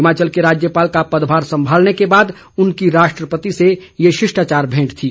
हिमाचल के राज्यपाल का पदभार संभालने के बाद उनकी राष्ट्रपति से ये शिष्टाचार भेंट थी